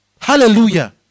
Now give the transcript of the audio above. Hallelujah